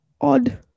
odd